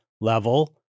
level